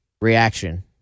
reaction